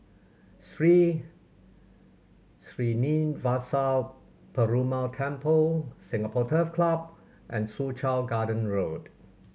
Sri Srinivasa Perumal Temple Singapore Turf Club and Soo Chow Garden Road